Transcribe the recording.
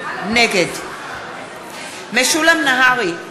נגד משולם נהרי,